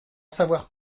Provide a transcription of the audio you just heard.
savoir